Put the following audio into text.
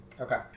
Okay